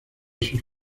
sus